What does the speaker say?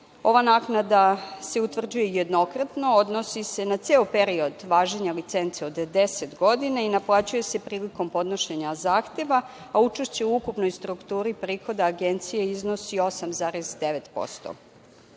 Ova naknada se utvrđuje jednokratno, odnosi se na ceo period važenja licence od 10 godina i naplaćuje se prilikom podnošenja zahteva, a učešće u ukupnoj strukturi prihoda Agencije iznosi